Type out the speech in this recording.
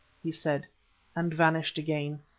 he said and vanished again.